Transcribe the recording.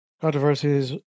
Controversies